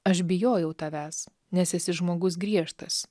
aš bijojau tavęs nes esi žmogus griežtas